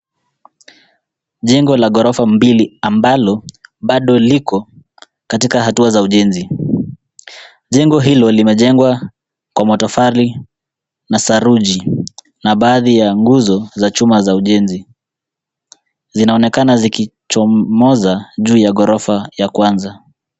Jengo la gorofa mbili ambalo bado liko katika hatua za ujenzi. Jengo hilo limejengwa kwa matofali na saruji na baadhi ya nguzo na chuma za ujenzi, zinaonekana zikichomoza juu ya gorofa ya kwanza.